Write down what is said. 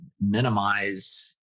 minimize